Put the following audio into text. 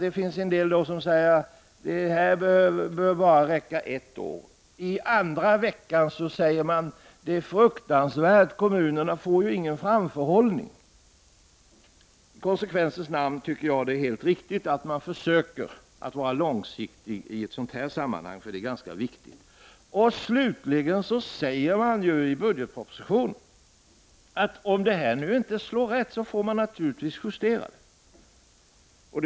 Det finns nämligen en del som säger att detta bara bör räcka ett år, men nästa vecka säger man att det är fruktansvärt, att kommunerna inte får någon framförhållning. I konsekvensens namn tycker jag att det är helt riktigt att man i ett sådant här sammanhang försöker vara långsiktig. I budgetpropositionen sägs det slutligen, att om detta inte slår rätt får man naturligtvis justera det.